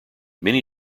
many